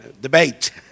debate